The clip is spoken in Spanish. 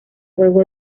juego